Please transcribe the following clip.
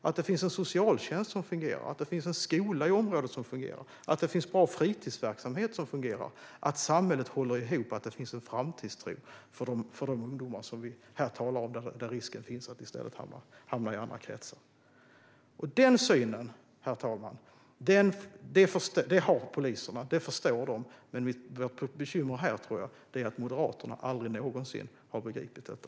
Det måste finnas en fungerande socialtjänst, en fungerande skola i området, bra och fungerande fritidsverksamhet samt ett samhälle som håller ihop och en framtidstro för de ungdomar vi talar om och som riskerar att hamna i andra kretsar. Poliserna förstår detta, men vårt bekymmer är att Moderaterna aldrig någonsin har begripit detta.